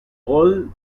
old